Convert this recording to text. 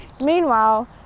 Meanwhile